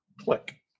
click